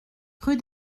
rue